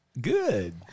Good